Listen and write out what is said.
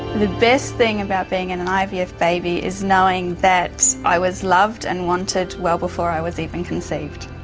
the best thing about being and an ivf baby is knowing that i was loved and wanted well before i was even conceived.